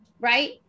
right